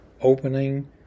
opening